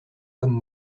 comme